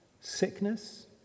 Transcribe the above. sickness